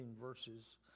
verses